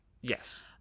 yes